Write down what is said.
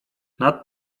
nad